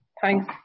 Thanks